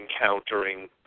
encountering